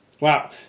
wow